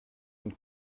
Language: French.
une